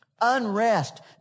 unrest